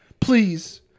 Please